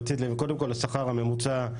קודם כל השכר הממוצע,